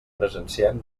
presenciem